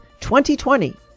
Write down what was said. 2020